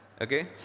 okay